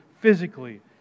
physically